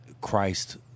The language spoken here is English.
christ